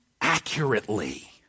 accurately